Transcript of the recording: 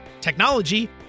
technology